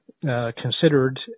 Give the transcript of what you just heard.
considered